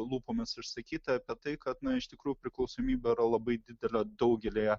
lūpomis išsakyta apie tai kad iš tikrųjų priklausomybė yra labai didelė daugelyje